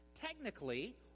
Technically